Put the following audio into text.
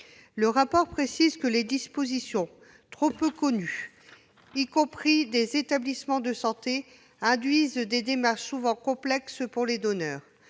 Le rapport précise que les « dispositions trop peu connues, y compris des établissements de santé, induisent des démarches souvent complexes pour les donneurs